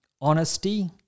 honesty